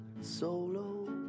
solo